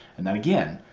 and then again,